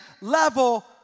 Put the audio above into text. level